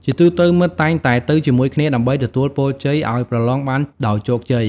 ជាទូទៅ មិត្តតែងតែទៅជាមួយគ្នាដើម្បីទទួលពរជ័យ ឲ្យប្រឡងបានដោយជោគជ័យ។